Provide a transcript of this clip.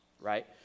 right